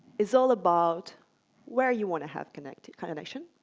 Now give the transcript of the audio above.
is all about where you want to have connection connection,